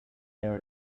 there